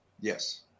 Yes